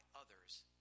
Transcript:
others